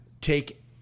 take